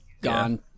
gone